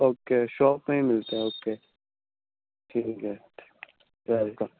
okay shop میں ہی ملتے ہے اوکے ٹھیک ہے ویلکم